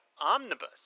omnibus